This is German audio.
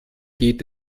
geht